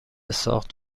ساخت